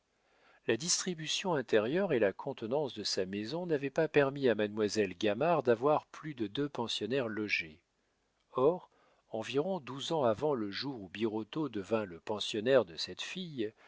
la distribution intérieure et la contenance de sa maison n'avaient pas permis à mademoiselle gamard d'avoir plus de deux pensionnaires logés or environ douze ans avant le jour où birotteau devint le pensionnaire de cette fille